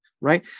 right